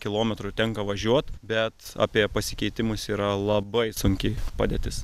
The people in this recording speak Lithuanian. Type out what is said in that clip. kilometrų tenka važiuot bet apie pasikeitimus yra labai sunki padėtis